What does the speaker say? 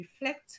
reflect